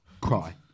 Cry